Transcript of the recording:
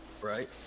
right